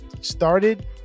started